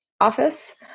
office